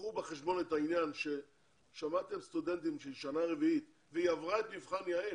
קחו בחשבון ששמעתם סטודנטית שהיא בשנה רביעית והיא עברה את מבחן יע"ל,